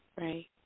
Right